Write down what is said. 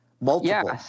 Multiple